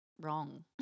wrong